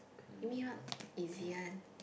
give me one easy one